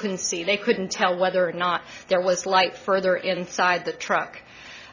couldn't see they couldn't tell whether or not there was light further inside the truck